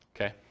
okay